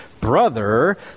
brother